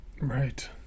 Right